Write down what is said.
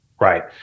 Right